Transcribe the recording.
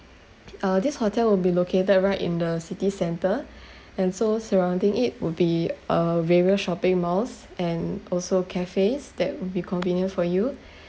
uh this hotel will be located right in the city centre and so surrounding it would be uh various shopping malls and also cafes that would be convenient for you